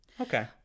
Okay